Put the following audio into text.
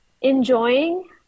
enjoying